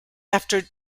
after